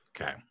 okay